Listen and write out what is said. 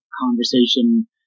conversation